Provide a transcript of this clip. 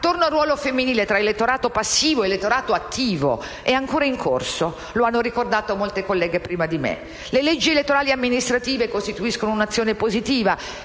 attorno al ruolo femminile, tra elettorato passivo ed elettorato attivo, è ancora in corso, come hanno ricordato molte colleghe prima di me. Le leggi elettorali amministrative costituiscono un'azione positiva